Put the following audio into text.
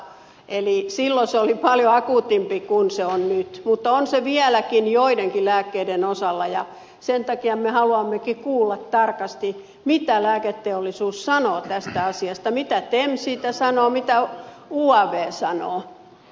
silloin se oli paljon akuutimpi kuin se on nyt mutta on se vieläkin joidenkin lääkkeiden osalla ja sen takia me haluammekin kuulla tarkasti mitä lääketeollisuus sanoo tästä asiasta mitä tem siitä sanoo mitä uav sanoo